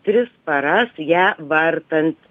tris paras ją vartant